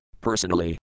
personally